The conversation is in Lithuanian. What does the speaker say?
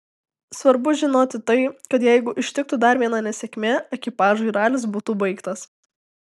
svarbu žinoti tai kad jeigu ištiktų dar viena nesėkmė ekipažui ralis būtų baigtas